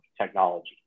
technology